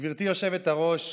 גברתי היושבת-ראש,